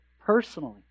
personally